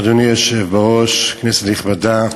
אדוני היושב בראש, כנסת נכבדה,